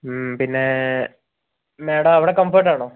പിന്നേ മാഡം അവിടെ കംഫേർട്ടാണോ